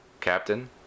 captain